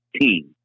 team